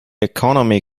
economy